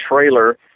trailer